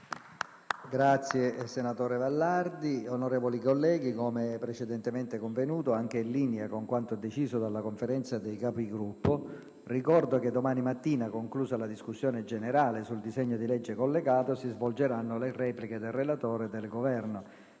finestra"). Onorevoli colleghi, come precedentemente convenuto, anche in linea con quanto deciso dalla Conferenza dei Capigruppo, ricordo che domani mattina, conclusa la discussione generale sul disegno di legge collegato, si svolgeranno le repliche del relatore e del Governo.